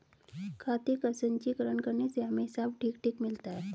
खाते का संचीकरण करने से हमें हिसाब ठीक ठीक मिलता है